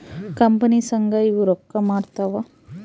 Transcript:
company ಸಂಘ ಇವು ರೊಕ್ಕ ಮಾಡ್ತಾವ